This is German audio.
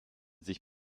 sich